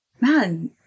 man